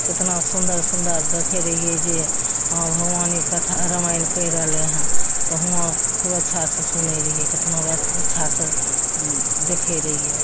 केतना सुन्दर सुन्दर देखय रहियै जे हँ भगवानी कथा रामायण कहि रहलय हँ तऽ हुवाँ खूब अच्छासँ सुनय रहियै केतना अच्छासँ देखय रहियै